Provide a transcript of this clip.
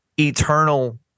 Eternal